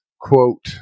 quote